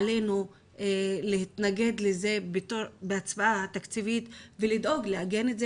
עלינו להתנגד בהצבעה התקציבית ולדאוג לעגן את זה